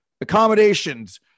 accommodations